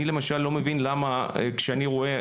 אני למשל לא מבין למה כאשר אני רואה